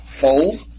Fold